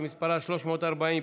שמספרה 340,